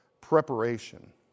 preparation